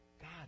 God